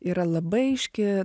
yra labai aiški